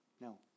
no